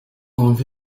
wumve